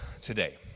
today